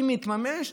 אם יתממש,